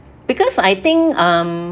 because I think um